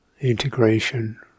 integration